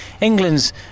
England's